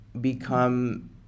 become